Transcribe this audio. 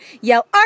yell